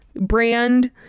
brand